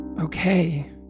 okay